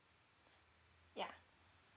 yeah